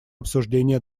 обсуждения